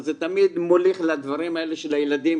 אז זה תמיד מוליך לדברים האלה של הילדים,